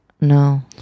No